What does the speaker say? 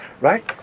right